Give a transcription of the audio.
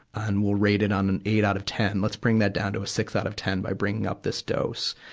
and we'll rate and on an eight out of ten. let's bring that down to a six out of ten by bringing up this dose.